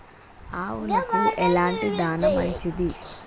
ఆవులకు ఎలాంటి దాణా మంచిది?